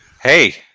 Hey